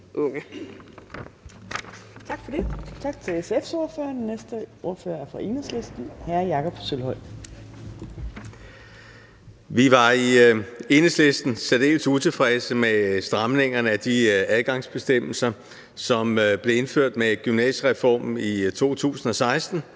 Torp): Tak til SF's ordfører. Den næste ordfører er fra Enhedslisten, hr. Jakob Sølvhøj. Kl. 13:08 (Ordfører) Jakob Sølvhøj (EL): Vi var i Enhedslisten særdeles utilfredse med stramningerne af de adgangsbestemmelser, som blev indført med gymnasiereformen i 2016.